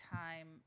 time